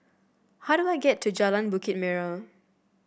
how do I get to Jalan Bukit Merah